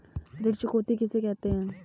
ऋण चुकौती किसे कहते हैं?